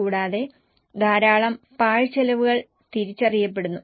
കൂടാതെ ധാരാളം പാഴ് ചെലവുകൾ തിരിച്ചറിയപ്പെടുന്നു